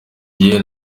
gihe